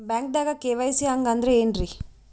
ಬ್ಯಾಂಕ್ದಾಗ ಕೆ.ವೈ.ಸಿ ಹಂಗ್ ಅಂದ್ರೆ ಏನ್ರೀ?